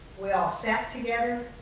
we all sat together,